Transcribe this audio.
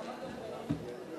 חברי הכנסת,